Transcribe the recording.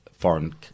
foreign